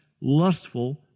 lustful